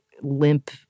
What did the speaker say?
limp